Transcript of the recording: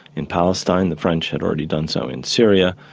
in palestine the french had already done so in syria,